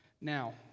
Now